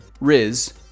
Riz